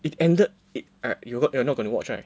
it ended it you not gonna watch right